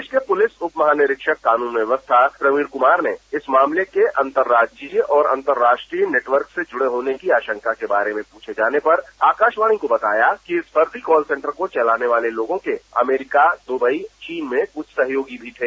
प्रदेश के पुलिस उपमहानिरीक्षक कानून व्यवस्था प्रवीण कुमार ने इस मामले के अन्तर्राज्यीय और अन्तर्राष्ट्रीय नेटवर्क से जूड़े होने के आशंका के बारे में पूछे जाने पर आकाशवाणी को बताया कि बताया कि इस फर्जी कॉल सेंटर को चलाने वाले लोगों के अमेरिका द्रबई चीन में कुछ सहयोगी भी थे